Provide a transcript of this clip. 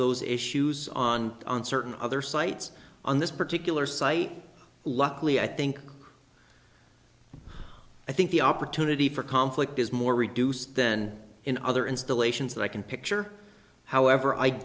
those issues on certain other sites on this particular site luckily i think i think the opportunity for conflict is more reduced then in other installations that i can picture however i